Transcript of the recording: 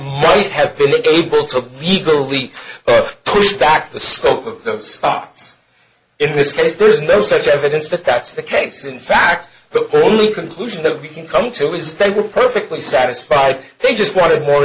might have been able to legally push back the scope of the stocks in this case there's no such evidence that that's the case in fact the only conclusion that we can come to is they were perfectly satisfied they just wanted more